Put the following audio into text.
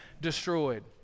destroyed